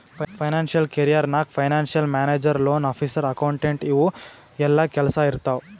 financial career ನಾಗ್ financial manager, loan officer, accountant ಇವು ಎಲ್ಲಾ ಕೆಲ್ಸಾ ಇರ್ತಾವ್